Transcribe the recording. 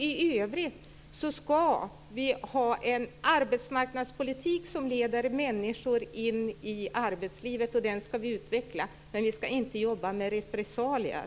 I övrigt ska vi ha en arbetsmarknadspolitik som leder människor in i arbetslivet. Den ska vi utveckla, men vi ska inte jobba med repressalier.